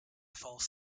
falls